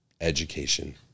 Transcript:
education